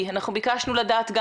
גם אז ביקשנו לדעת.